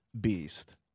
beast